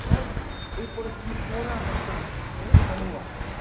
आओर ओहि पर तिलकोरा पत्ताके तरुआ